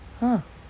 ah